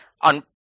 on